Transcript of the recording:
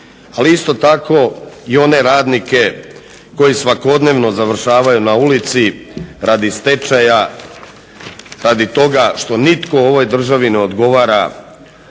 ali isto tako i one radnike koji svakodnevno završavaju na ulici radi stečaja, radi toga što nitko u ovoj državi ne odgovara